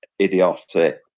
idiotic